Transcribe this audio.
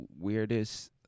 weirdest